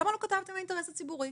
למה לא כתבתם האינטרס הציבורי?